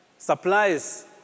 Supplies